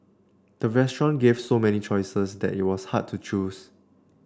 the restaurant gave so many choices that it was hard to choose